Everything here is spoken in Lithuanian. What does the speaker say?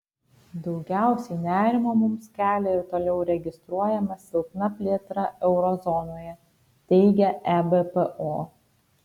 daugiausiai nerimo mums kelia ir toliau registruojama silpna plėtra euro zonoje teigia ebpo